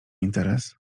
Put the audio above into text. interes